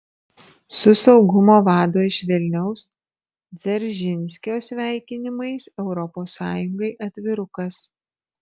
su saugumo vado iš vilniaus dzeržinskio sveikinimais europos sąjungai atvirukas